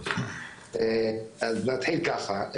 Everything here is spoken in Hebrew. אז נתחיל ככה,